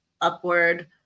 upward